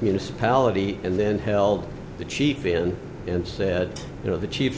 municipality and then held the chief in and said you know the chief